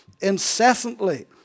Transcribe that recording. incessantly